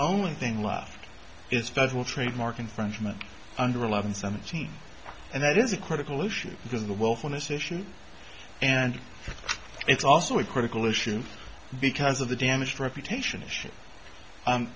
only thing left is federal trademark infringement under eleven seventeen and that is a critical issue because of the wolf on this issue and it's also a critical issue because of the damaged reputation